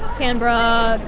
canberra,